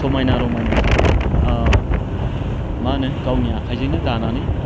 समायना रमायनाया माहोनो गावनि आखाइजोंनो दानानै